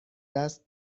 دست